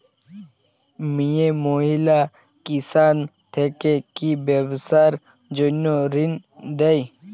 মিয়ে মহিলা কিষান থেকে কি ব্যবসার জন্য ঋন দেয়?